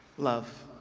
love.